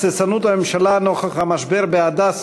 הססנות הממשלה נוכח המשבר ב"הדסה"